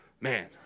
Man